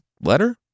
letter